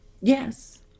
yes